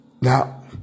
Now